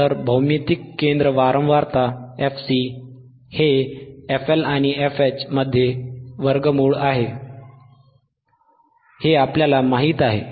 तर भौमितिक केंद्र वारंवारता fC हे fLआणि fH मध्ये वर्गमूळ आहे हे आपल्याला माहीत आहे